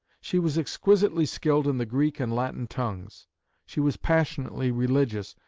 she was exquisitely skilled in the greek and latin tongues she was passionately religious,